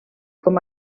com